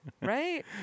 Right